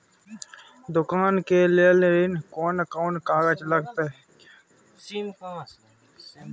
दुकान के लेल ऋण कोन कौन कागज लगतै?